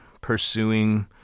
pursuing